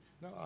No